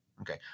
Okay